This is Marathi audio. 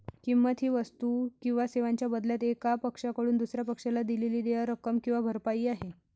किंमत ही वस्तू किंवा सेवांच्या बदल्यात एका पक्षाकडून दुसर्या पक्षाला दिलेली देय रक्कम किंवा भरपाई आहे